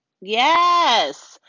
Yes